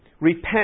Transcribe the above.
Repent